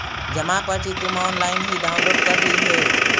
जमा पर्ची तुम ऑनलाइन ही डाउनलोड कर लियह